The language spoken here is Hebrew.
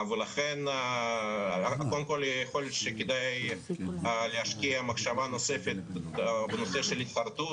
ולכן קודם כול יכול להיות שכדאי להשקיע מחשבה נוספת במקרה של חרטה.